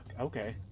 okay